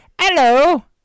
Hello